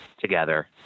together